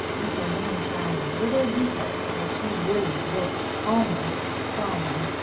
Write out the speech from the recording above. miss elaine frowned a little deeper, till she really looked almost solemn.